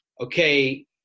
okay